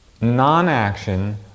Non-action